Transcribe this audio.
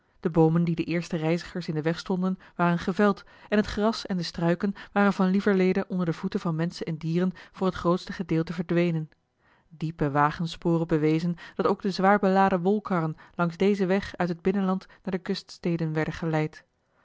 de boomen die den eersten reizigers in den weg stonden waren geveld en het gras en de struiken waren van lieverlede onder de voeten van menschen en dieren voor het grootste gedeelte verdwenen diepe wagensporen bewezen dat ook de zwaar beladen wolkarren langs dezen weg uit het binnenland naar de kuststeden werden geleid